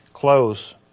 close